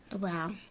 Wow